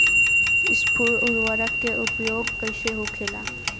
स्फुर उर्वरक के उपयोग कईसे होखेला?